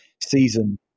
season